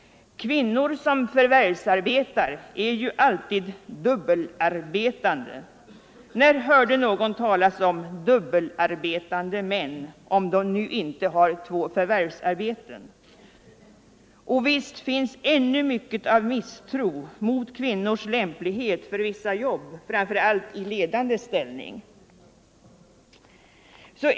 Kvinnor som förvärvsarbetar är ju alltid ”dubbelarbetande”. När hörde någon talas om dubbelarbetande män, om de inte har två förvärvsarbeten? Och visst finns ännu mycket av misstro mot kvinnors lämplighet för vissa jobb framför allt i ledande ställning.